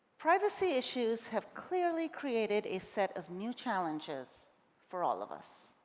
privacy issues have clearly created a set of new challenges for all of us.